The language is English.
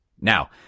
now